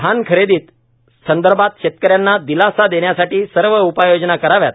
धानखरेदी धानखरेदी संदर्भात शेतकऱ्यांना दिलासा देण्यासाठी सर्व उपाययोजना कराव्यात